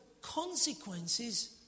consequences